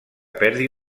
perdi